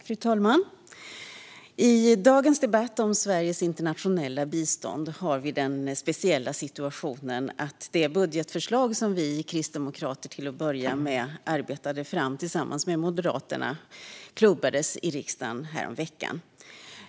Fru talman! I dagens debatt om Sveriges internationella bistånd har vi den speciella situationen att det budgetförslag vi kristdemokrater arbetade fram tillsammans med Moderaterna klubbades i riksdagen häromveckan.